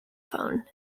phone